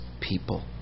people